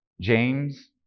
James